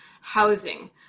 housing